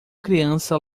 criança